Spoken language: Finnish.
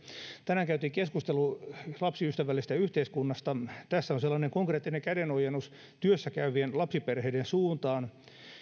tänään käytiin keskustelu lapsiystävällisestä yhteiskunnasta tässä on sellainen konkreettinen kädenojennus työssäkäyvien lapsiperheiden suuntaan